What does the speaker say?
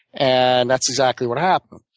and that's exactly what happened.